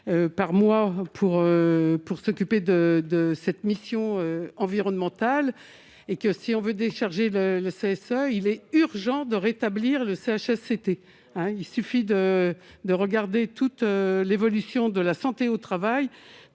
par mois pour pour s'occuper de de cette mission environnementale et que si on veut décharger le le CSA, il est urgent de rétablir le Chsct hein, il suffit de de regarder toute l'évolution de la santé au travail